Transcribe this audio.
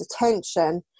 attention